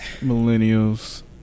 millennials